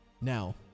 Now